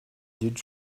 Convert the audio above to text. did